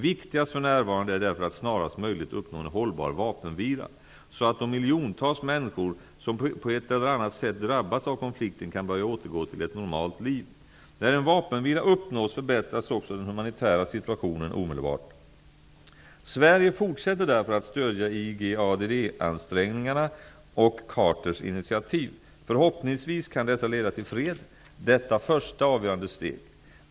Viktigast för närvarande är därför att snarast möjligt uppnå en hållbar vapenvila, så att de miljontals människor som på ett eller annat sätt drabbats av konflikten kan börja återgå till ett normalt liv. När en vapenvila uppnås förbättras också den humanitära situationen omedelbart. Sverige fortsätter därför att stödja IGADD ansträngningarna och Carters initiativ. Förhoppningsvis kan dessa leda till fred -- detta första, avgörande steg.